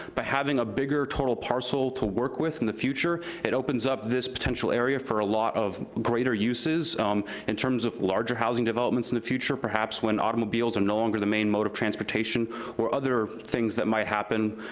by having a bigger total parcel to work with in the future, it opens up this potential area for a lot of greater uses in terms of larger housing developments in the future, perhaps when automobiles are no longer the main mode of transportation or other things that might happen,